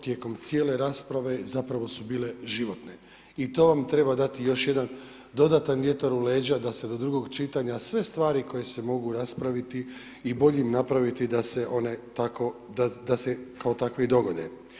Tijekom cijele rasprave zapravo su bile životne i to vam treba dati još jedan dodatan vjetar u leđa da se do drugog čitanja sve stvari koje se mogu raspraviti i boljim napraviti da se one tako da se kao takve i dogode.